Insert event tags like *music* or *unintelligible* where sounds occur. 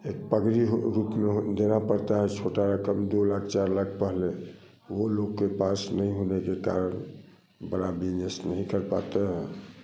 एक पगड़ी *unintelligible* देना पड़ता है छोटा रकम दो लाख चार लाख पहले वो लोग के पास नहीं रहने के कारण बड़ा बिजनेस नहीं कर पाते हैं